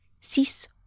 six